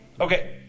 Okay